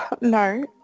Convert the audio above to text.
No